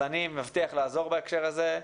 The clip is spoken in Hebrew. אני מבטיח לעזור בהקשר הזה.